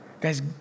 Guys